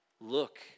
look